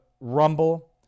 Rumble